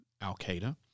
al-Qaeda